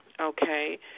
Okay